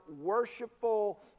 worshipful